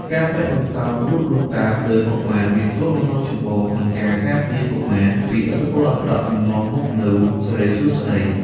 ការពាក់បន្តោងរូបលោកតាលើកុមារមានគោលបំណងចម្បងក្នុងការការពារកុមារពីឥទ្ធិពលអាក្រក់ និងនាំមកនូវសិរីសួស្តី។